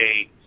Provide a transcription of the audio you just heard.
eight